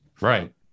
right